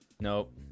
Nope